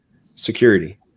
security